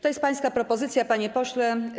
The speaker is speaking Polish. To jest pańska propozycja, panie pośle.